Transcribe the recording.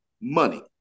money